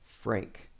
Frank